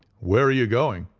where are you going?